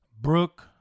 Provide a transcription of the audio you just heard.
Brooke